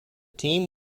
team